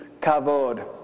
Kavod